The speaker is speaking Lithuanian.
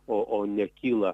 o o nekyla